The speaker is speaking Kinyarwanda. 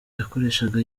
yakoreshaga